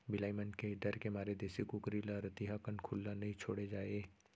बिलाई मन के डर के मारे देसी कुकरी ल रतिहा कन खुल्ला नइ छोड़े जाए